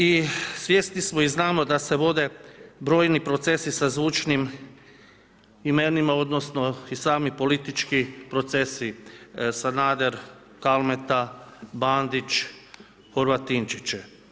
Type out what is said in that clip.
I svjesni smo i znamo da se vode brojni procesi sa zvučnim imenima, odnosno i sami politički procesi, Sanader, Kalmeta, Bandić, Horvatinčić.